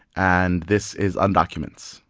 and this is and documents.